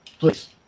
Please